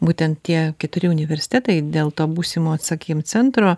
būtent tie keturi universitetai dėl to būsimo vat sakykim centro